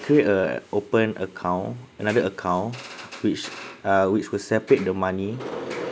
create a open account another account which uh which will separate the money